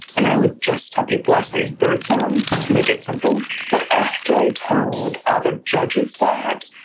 and i would just tell people i studied bird songs to make it simple. but after i told all the judges that,